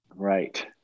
Right